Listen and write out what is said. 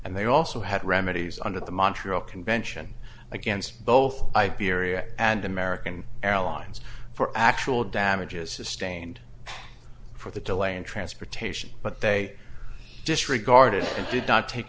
and they also had remedies under the montreal convention against both iberia and american airlines for actual damages sustained for the delay in transportation but they disregarded and did not take